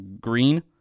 green